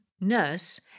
nurse